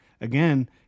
Again